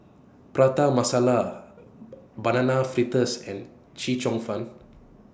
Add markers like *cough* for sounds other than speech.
Prata Masala *noise* Banana Fritters and Chee Cheong Fun